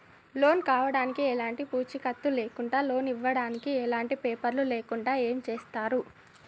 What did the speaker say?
Loan కావడానికి ఎలాంటి పూచీకత్తు లేకుండా లోన్ ఇవ్వడానికి ఎలాంటి పేపర్లు లేకుండా ఏం చేస్తారు?